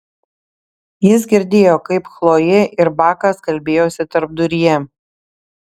jis girdėjo kaip chlojė ir bakas kalbėjosi tarpduryje